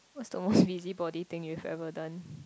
what's the most busybody thing you've ever done